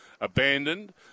abandoned